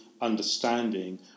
understanding